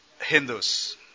Hindus